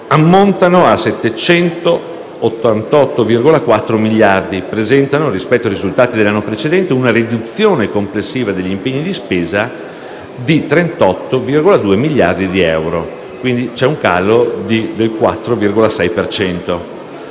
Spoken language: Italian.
ammontano a 788,4 miliardi e presentano, rispetto ai risultati dell'anno precedente, una riduzione complessiva degli impegni di spesa di 38,2 miliardi di euro. C'è, quindi, un calo del 4,6